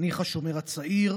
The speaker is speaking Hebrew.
חניך השומר הצעיר,